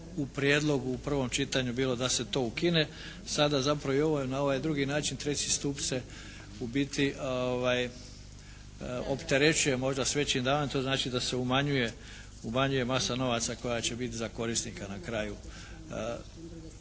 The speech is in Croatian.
u prijedlogu u prvom čitanju bilo da se to ukine. Sada zapravo i ovo na ovaj drugi način treći stup se u biti opterećuje možda s većim davanjima. To znači da se umanjuje masa novaca koja će biti za korisnika na kraju